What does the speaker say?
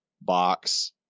box